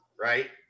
right